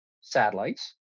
satellites